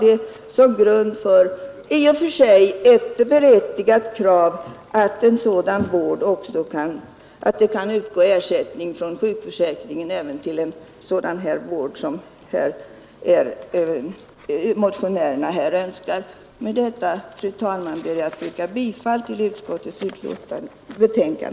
Dessa kan läggas till grund för ett i och för sig berättigat krav att ersättning skall kunna utgå från sjukförsäkringen även till den av motionärerna avsedda vården. Fru talman! Med det anförda ber jag att få yrka bifall till utskottets hemställan.